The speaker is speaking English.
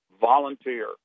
volunteer